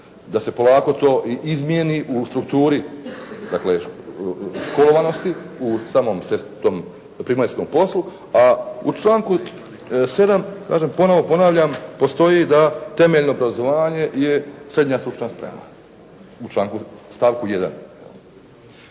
da se polako to i izmijeni u strukturi, dakle, školovanosti u samom tom primaljskom poslu a u članku 7. kažem, ponovno ponavljam postoji da temeljno obrazovanje je srednja stručna sprema. U članku, stavku 1.